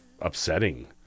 upsetting